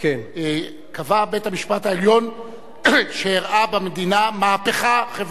קבע בית-המשפט שאירעה במדינה מהפכה חברתית,